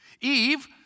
Eve